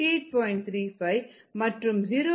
35 மற்றும் 0